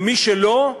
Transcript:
ומי שלא,